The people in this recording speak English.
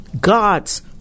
God's